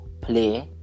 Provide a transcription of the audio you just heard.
play